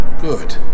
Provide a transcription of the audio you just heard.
Good